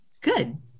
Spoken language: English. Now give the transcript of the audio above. Good